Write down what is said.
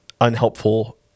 unhelpful